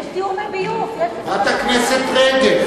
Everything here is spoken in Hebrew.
יש ביוב, יש, חברת הכנסת רגב.